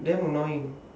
damn annoying